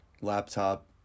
laptop